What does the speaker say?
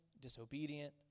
disobedient